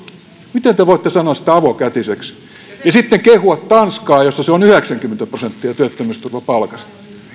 miten te te voitte sanoa sitä avokätiseksi ja sitten kehua tanskaa jossa se työttömyysturva on yhdeksänkymmentä prosenttia palkasta